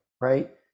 right